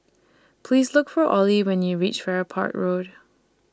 Please Look For Olie when YOU REACH Farrer Park Road